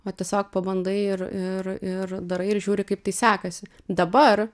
o tiesiog pabandai ir ir ir darai ir žiūri kaip tai sekasi dabar